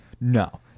no